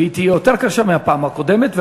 והיא תהיה יותר קשה מבפעם הקודמת,